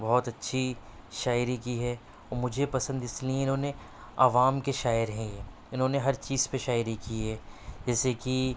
بہت اچھی شاعری کی ہے مجھے پسند اِس لیے اِنہوں نے عوام کے شاعر ہیں یہ اِنہوں نے ہر چیز پہ شاعری کی ہے جیسے کہ